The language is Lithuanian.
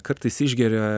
kartais išgeria